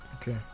Okay